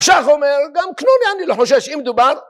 ש"ך אומר גם קנוני אני לא חושש אם דובר